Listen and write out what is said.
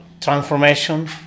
transformation